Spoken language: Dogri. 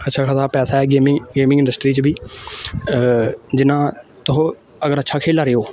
अच्छा खासा पैसा ऐ गेमिंग गेमिंग इंडस्ट्री च बी जियां तुस अगर अच्छा खेल दे ओ